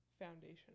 foundation